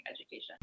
education